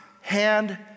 hand